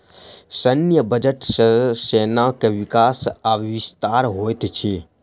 सैन्य बजट सॅ सेना के विकास आ विस्तार होइत अछि